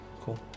Cool